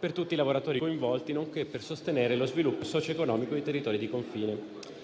per tutti i lavoratori coinvolti nonché per sostenere lo sviluppo socioeconomico nei territori di confine.